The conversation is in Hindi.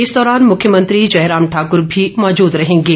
इस दौरान मुख्यमंत्री जयराम ठाकुर भी मौजूद रहेंगे